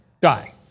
die